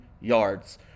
yards